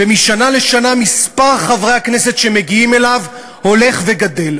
ומשנה לשנה מספר חברי הכנסת שמגיעים אליו הולך וגדל.